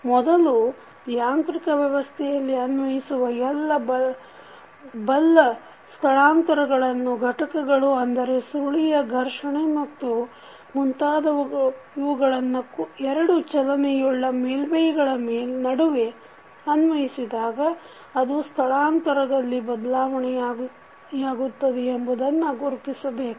ಮೊದಲು ಯಾಂತ್ರಿಕ ವ್ಯವಸ್ಥೆಯಲ್ಲಿ ಅನ್ವಯಿಸುವ ಬಲ ಎಲ್ಲ ಸ್ಥಳಾಂತರಗಳನ್ನು ಘಟಕಗಳು ಅಂದರೆ ಸುರುಳಿಯ ಘರ್ಷಣೆ ಮತ್ತು ಮುಂತಾದವು ಇವುಗಳನ್ನು ಎರಡು ಚಲನೆಯುಳ್ಳ ಮೇಲ್ಮೈಗಳ ನಡುವೆ ಅನ್ವಯಿಸಿದಾಗ ಅದು ಸ್ಥಳಾಂತರದಲ್ಲಿ ಬದಲಾವಣೆಯಾಗಿತ್ತದೆ ಎಂಬುದನ್ನು ಗುರುತಿಸಬೇಕು